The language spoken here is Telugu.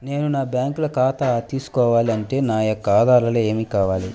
నేను బ్యాంకులో ఖాతా తీసుకోవాలి అంటే నా యొక్క ఆధారాలు ఏమి కావాలి?